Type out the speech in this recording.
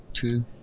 Two